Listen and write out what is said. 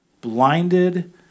Blinded